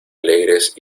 alegres